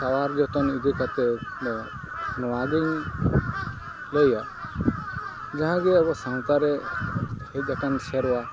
ᱥᱟᱶᱟᱨ ᱡᱚᱛᱚᱱ ᱤᱫᱤ ᱠᱟᱛᱮᱫ ᱫᱚ ᱱᱚᱣᱟᱜᱮᱧ ᱞᱟᱹᱭᱟ ᱡᱟᱦᱟᱸᱜᱮ ᱟᱵᱚ ᱥᱟᱶᱛᱟᱨᱮ ᱦᱮᱡ ᱟᱠᱟᱱ ᱥᱮᱨᱣᱟ